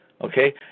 Okay